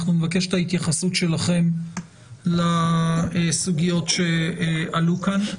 אנחנו נבקש את ההתייחסות שלכם לסוגיות שעלו כאן.